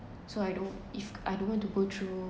so I don't if I don't want to go through